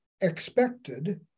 expected